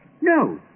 No